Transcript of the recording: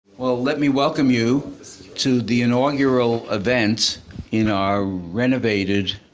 well, let me welcome you to the inaugural event in our renovated